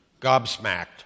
gobsmacked